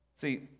See